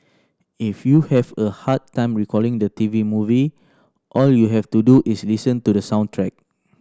if you have a hard time recalling the T V movie all you have to do is listen to the soundtrack